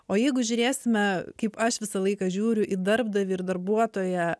o jeigu žiūrėsime kaip aš visą laiką žiūriu į darbdavį ir darbuotoją